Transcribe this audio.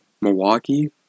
Milwaukee